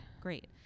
great